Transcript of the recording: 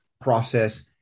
process